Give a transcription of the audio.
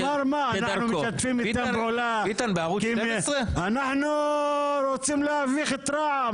הוא אמר: אנחנו משתפים איתם פעולה כי --- אנחנו רוצים להביך את רע"מ,